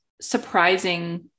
surprising